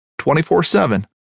24-7